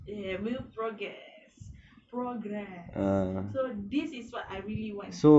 ya will progess~ progress so this is what I really want